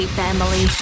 family